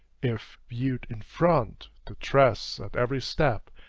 if, viewed in front, the dress, at every step,